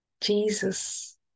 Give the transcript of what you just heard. Jesus